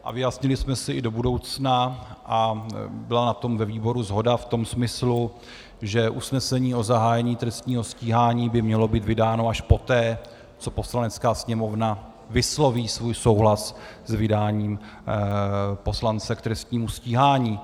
A vyjasnili jsme si i do budoucna, a byla na tom ve výboru shoda v tom smyslu, že usnesení o zahájení trestního stíhání by mělo být vydáno až poté, co Poslanecká sněmovna vysloví svůj souhlas s vydáním poslance k trestnímu stíhání.